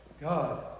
God